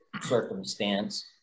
circumstance